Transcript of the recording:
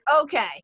okay